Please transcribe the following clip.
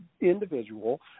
individual